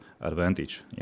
advantage